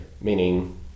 meaning